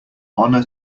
honour